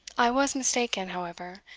i was mistaken, however,